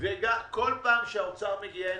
בכל פעם שהאוצר מגיע הנה.